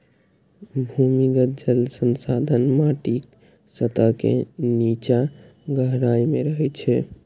भूमिगत जल संसाधन माटिक सतह के निच्चा गहराइ मे रहै छै